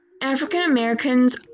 African-Americans